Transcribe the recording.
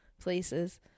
places